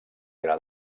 gra